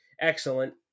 excellent